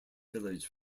village